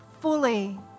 fully